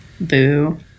Boo